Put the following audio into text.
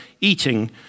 eating